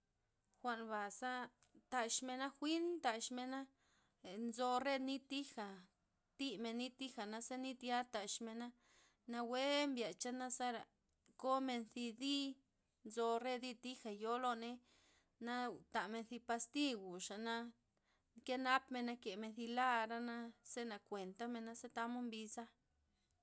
Jwa'n baza taxmena' jwin taxmena', nzo re nit thija', thimen nit thija' naza nit ya' taxmena', nawue mbiexa' zera komen zi dii, nzo re dii thija' yoi loney na tamen zi pazti guxa'na nkenapmena, kemen zi lara ze nakuentamena ze tamod mbiza'.